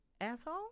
asshole